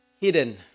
hidden